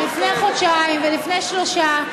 לפני חודשיים ולפני שלושה,